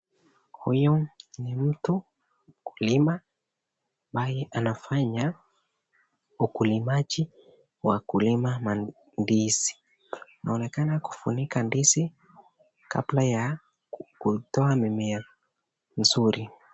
Huyu ni mtu mkulima ambaye anafanya ukulimaji wa kulima mandizi anaonekana kufunika kabla ya kutoa mimea nzuri.